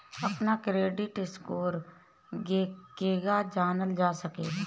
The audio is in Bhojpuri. अपना क्रेडिट स्कोर केगा जानल जा सकेला?